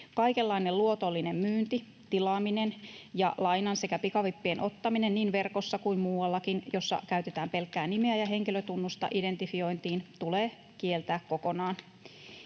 Kaikenlainen luotollinen myynti, tilaaminen ja lainan sekä pikavippien ottaminen niin verkossa kuin muuallakin, jossa käytetään pelkkää nimeä ja henkilötunnusta identifiointiin, tulee kieltää kokonaan.